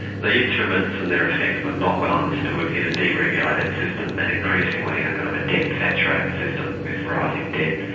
the instruments and their effects were not well understood in a deregulated system, and increasingly in a kind of debt saturated system with rising debt,